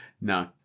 no